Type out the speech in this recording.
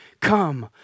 come